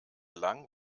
lang